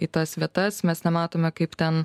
į tas vietas mes nematome kaip ten